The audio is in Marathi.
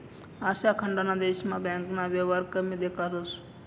आशिया खंडना देशस्मा बँकना येवहार कमी दखातंस